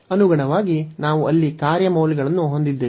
ಅನುಗುಣವಾಗಿ ನಾವು ಅಲ್ಲಿ ಕಾರ್ಯ ಮೌಲ್ಯಗಳನ್ನು ಹೊಂದಿದ್ದೇವೆ